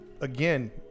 again